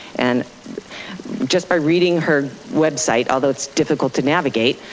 and just by reading her website, although it's difficult to navigate,